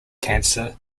cancer